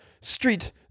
street